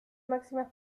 máximas